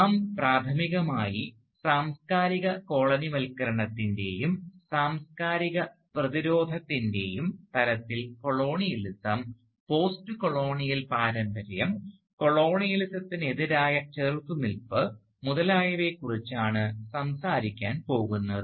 നാം പ്രാഥമികമായി സാംസ്കാരിക കോളനിവൽക്കരണത്തിൻറെയും സാംസ്കാരിക പ്രതിരോധത്തിൻറെയും തലത്തിൽ കൊളോണിയലിസം പോസ്റ്റ് കൊളോണിയൽ പാരമ്പര്യം കൊളോണിയലിസത്തിനെതിരായ ചെറുത്തുനിൽപ്പ് മുതലായവയെ കുറിച്ചാണ് സംസാരിക്കാൻ പോകുന്നത്